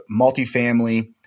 multifamily